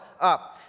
up